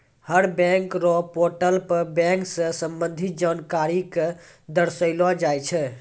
हर bank र portal पर bank स संबंधित जानकारी क दर्शैलो जाय छै